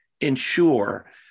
ensure